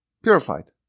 Purified